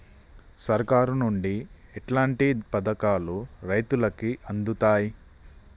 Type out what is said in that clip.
సర్కారు నుండి ఎట్లాంటి పథకాలు రైతులకి అందుతయ్?